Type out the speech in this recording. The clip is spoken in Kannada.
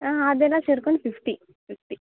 ಹಾಂ ಅದೆಲ್ಲ ಸೇರ್ಕೊಂಡು ಫಿಫ್ಟಿ ಫಿಫ್ಟಿ